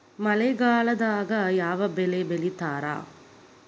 ಮಳೆಗಾಲದಾಗ ಯಾವ ಬೆಳಿ ಬೆಳಿತಾರ?